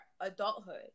adulthood